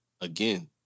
again